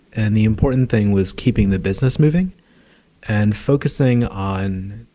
and the important thing was keeping the business moving and focusing on